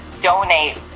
donate